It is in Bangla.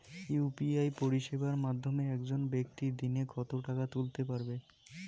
ইউ.পি.আই পরিষেবার মাধ্যমে একজন ব্যাক্তি দিনে কত টাকা তুলতে পারবে?